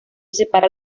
separa